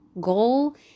goal